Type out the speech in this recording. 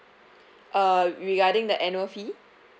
uh regarding the annual fee